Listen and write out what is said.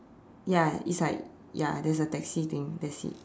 ya it's like ya there's a taxi thing that's it